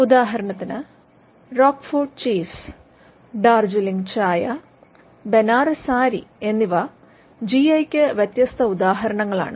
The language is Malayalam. ഉദാഹരണത്തിന് റോക്ഫോർട്ട് ചീസ് ഡാർജിലിംഗ് ചായ ബനാറസ് സാരി എന്നിവ ജി ഐക്ക് വ്യത്യസ്ത ഉദാഹരണങ്ങളാണ്